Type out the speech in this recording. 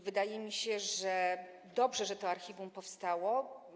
Wydaje mi się, że dobrze, że to archiwum powstało.